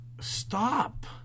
Stop